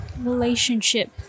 relationship